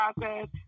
process